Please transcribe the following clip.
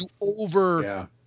over